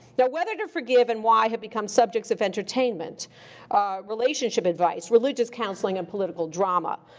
now whether to forgive and why have become subjects of entertainment relationship advice, religious counseling and political drama.